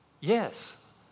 yes